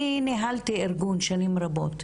אני ניהלתי ארגון שנים רבות,